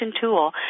tool